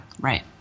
Right